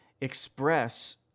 express